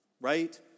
Right